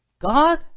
God